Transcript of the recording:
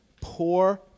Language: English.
poor